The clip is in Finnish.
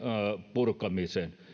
purkamiseen